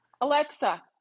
Alexa